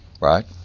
Right